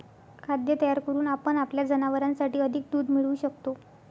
खाद्य तयार करून आपण आपल्या जनावरांसाठी अधिक दूध मिळवू शकतो